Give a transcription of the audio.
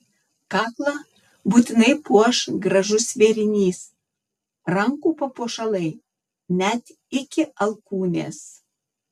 kaklą būtinai puoš gražus vėrinys rankų papuošalai net iki alkūnės